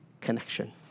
Connection